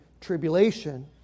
tribulation